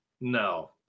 No